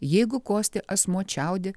jeigu kosti asmuo čiaudi